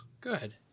Good